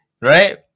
right